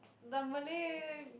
the Malay